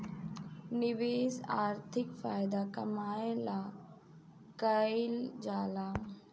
निवेश आर्थिक फायदा कमाए ला कइल जाला